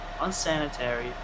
unsanitary